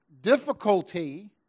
difficulty